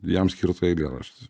jam skirtą eilėrašt